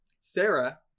Sarah